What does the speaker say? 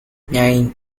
nine